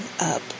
up